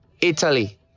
Italy